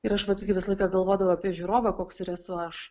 ir aš vat kaip visą laiką galvodavau apie žiūrovą koks ir esu aš